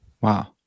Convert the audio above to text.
Wow